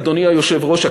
אדוני היושב-ראש,